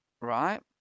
right